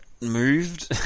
moved